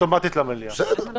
בואו